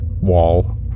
wall